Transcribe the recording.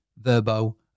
Verbo